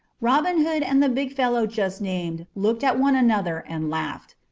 robin hood and the big fellow just named looked at one another and laughed.